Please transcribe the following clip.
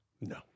No